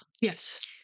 Yes